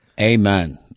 Amen